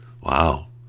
Wow